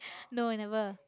no i never